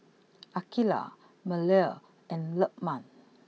Aqeelah Melur and Lukman